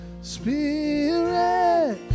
Spirit